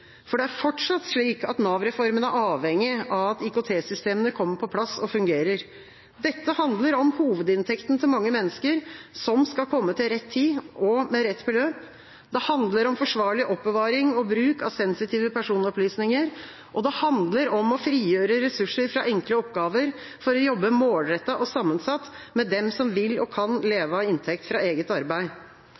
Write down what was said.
for det er fortsatt slik at Nav-reformen er avhengig av at IKT-systemene kommer på plass og fungerer. Dette handler om hovedinntekten til mange mennesker og at den skal komme til rett tid og med rett beløp. Det handler om forsvarlig oppbevaring og bruk av sensitive personopplysninger, og det handler om å frigjøre ressurser fra enkle oppgaver for å jobbe målrettet og sammensatt med dem som vil og kan leve av inntekt fra eget arbeid.